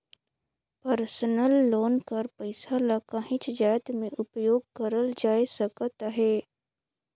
personal loan कर पइसा ल काहींच जाएत में उपयोग करल जाए सकत अहे